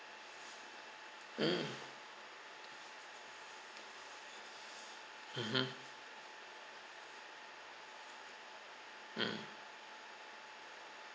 mm mmhmm mm